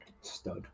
stud